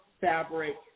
fabric